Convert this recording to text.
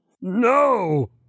No